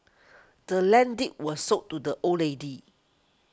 the land's deed was sold to the old lady